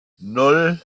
nan